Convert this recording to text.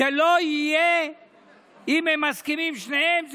זה לא יהיה אם הם לא מסכימים שניהם,